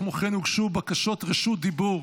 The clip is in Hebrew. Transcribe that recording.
כמו כן, הוגשו בקשות רשות דיבור,